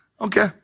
Okay